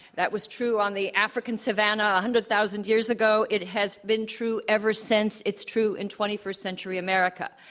that was true on the african savanna one hundred thousand years ago. it has been true ever since. it's true in twenty first century america.